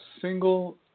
single